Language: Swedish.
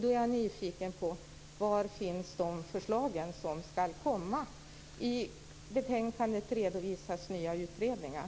Då är jag nyfiken på var förslagen finns som ska läggas fram. I betänkandet redovisas nya utredningar.